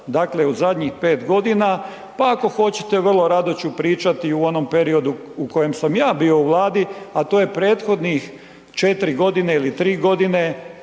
dakle u zadnjih 5 godina, pa ako hoćete, vrlo rado ću pričati i o onom periodu u kojem sam ja bio u Vladi, a to je prethodnih 4 godine ili 3 godine,